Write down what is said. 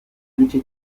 gice